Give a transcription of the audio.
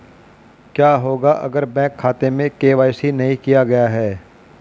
क्या होगा अगर बैंक खाते में के.वाई.सी नहीं किया गया है?